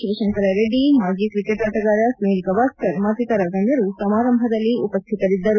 ಶಿವಶಂಕರ ರೆಡ್ಡಿ ಮಾಜಿ ಕ್ರಿಕೆಟ್ ಆಟಗಾರ ಸುನಿಲ್ ಗವಾಸ್ಕರ್ ಮತ್ತಿತರ ಗಣ್ಯರು ಸಮಾರಂಭದಲ್ಲಿ ಉಪಸ್ಥಿತರಿದ್ದರು